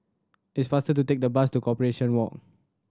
it's faster to take the bus to Corporation Walk